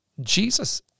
Jesus